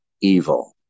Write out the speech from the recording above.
evil